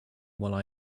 while